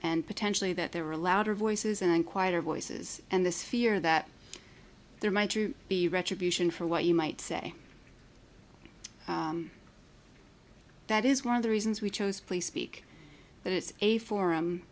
and potentially that there were louder voices and quieter voices and this fear that there might be retribution for what you might say that is one of the reasons we chose play speak that it's a forum